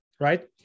Right